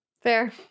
Fair